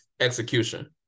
execution